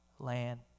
Land